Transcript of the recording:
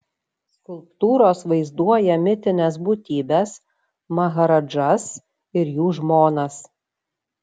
skulptūros vaizduoja mitines būtybes maharadžas ir jų žmonas